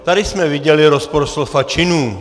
Tady jsme viděli rozpor slov a činů.